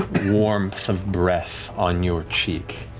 the warmth of breath on your cheek,